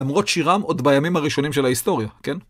למרות שירם עוד בימים הראשונים של ההיסטוריה, כן?